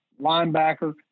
linebacker